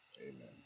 Amen